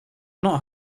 not